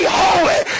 holy